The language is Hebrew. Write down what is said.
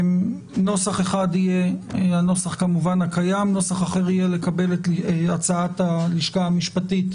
נוסח אחד יהיה הנוסח הקיים ונוסח אחר יהיה לקבל את הצעת הלשכה המשפטית